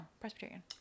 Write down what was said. Presbyterian